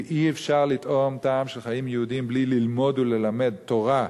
ואי-אפשר לטעום טעם של חיים יהודיים בלי ללמוד וללמד תורה,